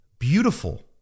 beautiful